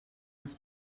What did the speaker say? els